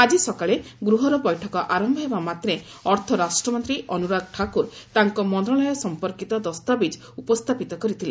ଆଜି ସକାଳେ ଗୃହର ବୈଠକ ଆରମ୍ଭ ହେବା ମାତ୍ରେ ଅର୍ଥରାଷ୍ଟ୍ରମନ୍ତ୍ରୀ ଅନୁରାଗ ଠାକୁର ତାଙ୍କ ମନ୍ତ୍ରଣାଳୟ ସମ୍ପର୍କିତ ଦସ୍ତାବିଜ୍ ଉପସ୍ଥାପିତ କରିଥିଲେ